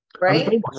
Right